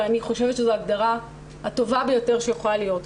ואני חושבת שזו ההגדרה הטובה ביותר שיכולה להיות.